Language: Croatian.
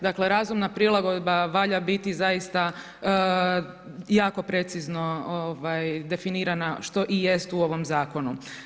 Dakle razumna prilagodba valja biti zaista jako precizno definirana što i jest u ovom zakonu.